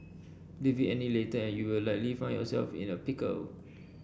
leave it any later and you will likely find yourself in a pickle